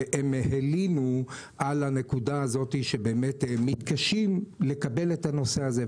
והם הלינו על הנקודה הזאת שבאמת מתקשים לקבל את הנושא הזה.